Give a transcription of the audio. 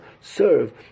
serve